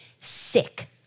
sick